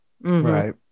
Right